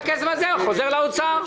והכסף הזה חוזר לאוצר,